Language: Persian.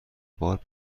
بار